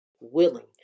Willing